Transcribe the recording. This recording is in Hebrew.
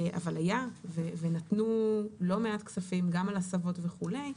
אבל היה ונתנו לא מעט כספים גם על הסבות וכו'.